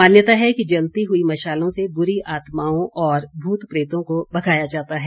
मान्यता है कि जलती हुई मशालों से बुरी आत्माओं और भूत प्रेतों को भगाया जाता है